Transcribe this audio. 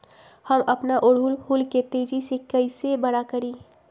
हम अपना ओरहूल फूल के तेजी से कई से बड़ा करी?